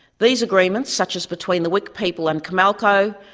these agreements, such as between the wik people and comalco,